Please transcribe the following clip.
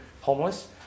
homeless